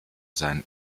seinen